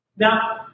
Now